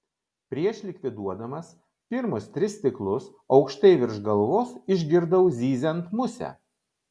prieš likviduodamas pirmus tris stiklus aukštai virš galvos išgirdau zyziant musę